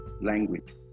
language